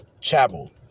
Chapel